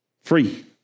Free